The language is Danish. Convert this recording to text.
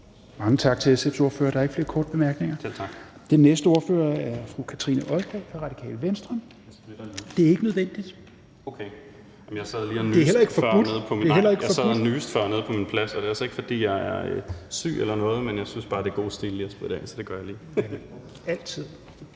Mange tak til SF's ordfører, der er ikke flere korte bemærkninger. Den næste ordfører er fru Kathrine Olldag, Det Radikale Venstre. (Carl Valentin (SF): Jeg spritter lige.) Det er ikke nødvendigt, men det er heller ikke forbudt. (Carl Valentin (SF): Jeg sad lige før og nyste nede på min plads. Det er altså ikke, fordi jeg er syg eller noget, men jeg synes bare, det er god stil lige at spritte af, så det gør jeg lige). Altid